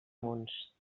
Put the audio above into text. munts